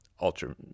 ultra